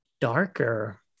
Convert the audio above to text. darker